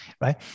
right